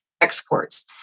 exports